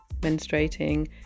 menstruating